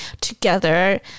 together